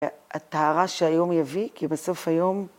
הטהרה שהיום יביא, כי בסוף היום...